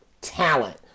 talent